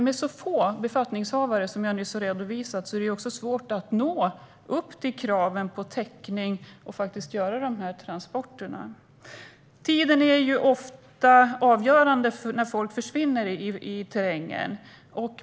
Med så få befattningshavare, som jag nyss redovisade, är det också svårt att nå upp till kraven på täckning och göra transporterna. Tiden är ofta avgörande när folk försvinner i terrängen.